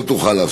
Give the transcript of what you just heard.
לא תוכל לעשות.